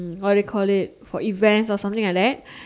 what do you call it for events or something like that